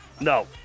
no